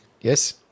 Yes